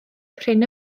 prin